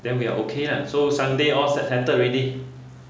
then we are okay lah I'm so sunday all has settled already